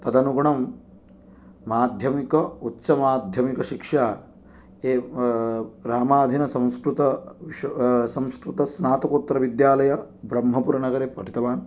तदनुगुणं माध्यमिक उच्चमाध्यमिकशिक्षा ए प्रामाधिन संस्कृत विश् संस्कृतस्नातकोत्तरविद्यालये ब्रह्मपुरनगरे पठितवान्